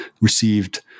received